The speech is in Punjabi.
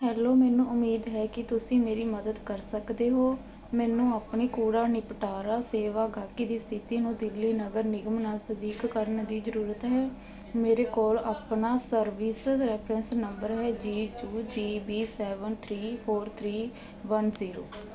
ਹੈਲੋ ਮੈਨੂੰ ਉਮੀਦ ਹੈ ਕਿ ਤੁਸੀਂ ਮੇਰੀ ਮਦਦ ਕਰ ਸਕਦੇ ਹੋ ਮੈਨੂੰ ਆਪਣੀ ਕੂੜਾ ਨਿਪਟਾਰਾ ਸੇਵਾ ਗਾਹਕੀ ਦੀ ਸਥਿਤੀ ਨੂੰ ਦਿੱਲੀ ਨਗਰ ਨਿਗਮ ਨਾਲ ਤਸਦੀਕ ਕਰਨ ਦੀ ਜ਼ਰੂਰਤ ਹੈ ਮੇਰੇ ਕੋਲ ਆਪਣਾ ਸਰਵਿਸ ਰੈਫਰੈਂਸ ਨੰਬਰ ਹੈ G U G B seven three four three one zero